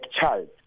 child